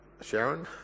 Sharon